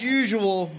usual